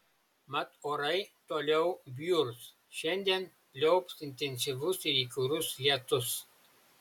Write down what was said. mat orai toliau bjurs šiandien pliaups intensyvus ir įkyrus lietus